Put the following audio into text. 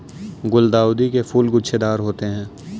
गुलदाउदी के फूल गुच्छेदार होते हैं